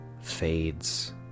fades